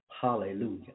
Hallelujah